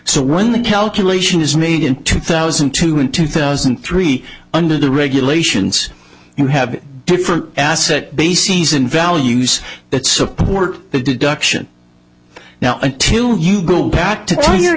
so when the calculation is made in two thousand two hundred two thousand three under the regulations you have different asset bases and values that support the deduction now until you go back to